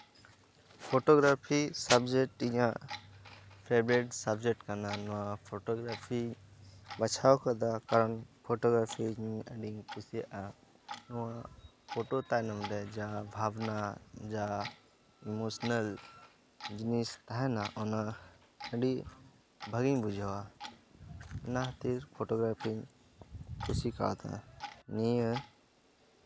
photography subject ᱤᱧᱟᱹᱜ favourite subject ᱠᱟᱱᱟ ᱱᱚᱶᱟ ᱯᱷᱚᱴᱳᱜᱨᱟᱯᱷᱤ ᱵᱷᱟᱪᱷᱟᱣ ᱟᱠᱟᱫᱟ ᱠᱟᱨᱚᱱ ᱯᱷᱚᱴᱳᱜᱨᱟᱯᱷᱤ ᱟᱹᱰᱤᱧ ᱠᱩᱥᱤᱭᱟᱜᱼᱟ ᱱᱚᱶᱟ ᱯᱷᱚᱴᱳ ᱛᱟᱭᱱᱚᱢ ᱨᱮ ᱡᱟᱦᱟᱸ ᱵᱷᱟᱵᱱᱟ ᱡᱟᱦᱟᱸ ᱤᱢᱳᱥᱚᱱᱟᱞ ᱡᱤᱱᱤᱥ ᱛᱟᱦᱮᱸᱱᱟ ᱚᱱᱟ ᱟᱹᱰᱤ ᱵᱷᱟᱹᱜᱤᱧ ᱵᱩᱡᱷᱟᱹᱣᱟ ᱚᱱᱟ ᱠᱷᱟᱹᱛᱤᱨ ᱯᱷᱚᱴᱳᱜᱨᱟᱯᱷᱤᱧ ᱠᱩᱥᱤ ᱟᱠᱟᱣᱫᱟ ᱱᱤᱭᱟᱹ